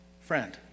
Friend